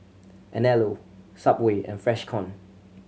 Anello Subway and Freshkon